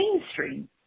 mainstream